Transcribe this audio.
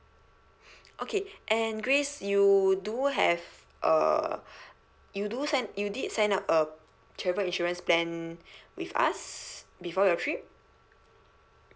okay and grace you do have a you do sign you did sign up a travel insurance plan with us before your trip